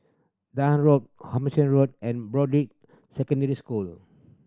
Road Road and Broadrick Secondary School